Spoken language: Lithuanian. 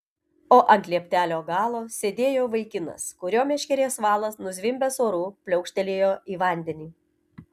o ant lieptelio galo sėdėjo vaikinas kurio meškerės valas nuzvimbęs oru pliaukštelėjo į vandenį